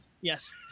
Yes